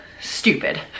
stupid